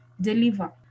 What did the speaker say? deliver